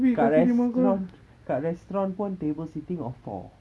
kat restaurant kat restaurant pun table sitting of four